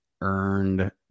earned